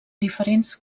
diferents